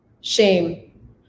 shame